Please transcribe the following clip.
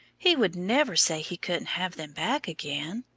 he would never say he couldn't have them back again.